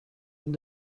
این